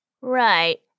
Right